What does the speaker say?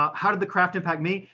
um how did the craft impact me?